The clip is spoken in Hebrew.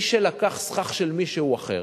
מי שלקח סכך של מישהו אחר,